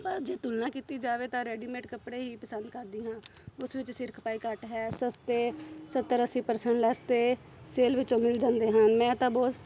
ਪਰ ਜੇ ਤੁਲਨਾ ਕੀਤੀ ਜਾਵੇ ਤਾਂ ਰੈਡੀਮੇਟ ਕੱਪੜੇ ਹੀ ਪਸੰਦ ਕਰਦੀ ਹਾਂ ਉਸ ਵਿੱਚ ਸਿਰ ਖਪਾਈ ਘੱਟ ਹੈ ਸਸਤੇ ਸੱਤਰ ਅੱਸੀ ਪਰਸੈਂਟ ਲੈੱਸ 'ਤੇ ਸੇਲ ਵਿੱਚੋਂ ਮਿਲ ਜਾਂਦੇ ਹਨ ਮੈਂ ਤਾਂ ਬਹੁਤ